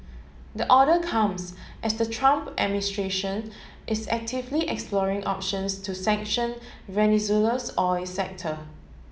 the order comes as the Trump administration is actively exploring options to sanction Venezuela's oil sector